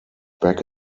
back